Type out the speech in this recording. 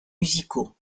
musicaux